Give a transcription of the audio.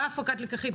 מה הפקת הלקחים?